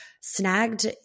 snagged